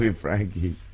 Frankie